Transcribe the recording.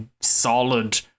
solid